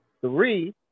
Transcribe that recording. three